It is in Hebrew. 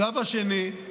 השלב השני,